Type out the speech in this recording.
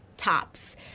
tops